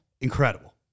incredible